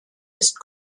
ist